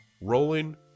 Rolling